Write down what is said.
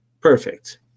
Perfect